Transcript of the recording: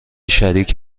شریک